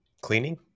Cleaning